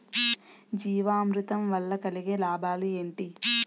జీవామృతం వల్ల కలిగే లాభాలు ఏంటి?